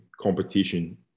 competition